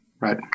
Right